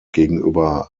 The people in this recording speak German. gegenüber